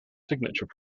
signature